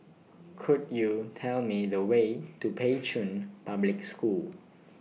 Could YOU Tell Me The Way to Pei Chun Public School